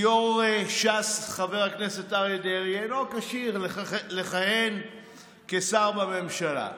כי יו"ר ש"ס חבר הכנסת אריה דרעי אינו כשיר לכהן כשר בממשלה.